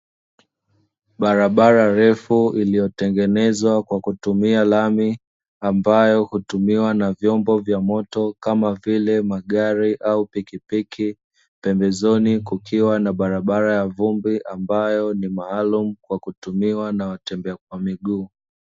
Barabara refu iliyotengenezwa kwa kutumia lami, ambayo hutumiwa na vyombo vya moto kama vile magari au pikipiki. Pembezoni kukiwa na barabara ya vumbi, ambayo ni maalumu kwa kutumiwa na watembea kwa miguu.